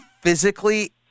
physically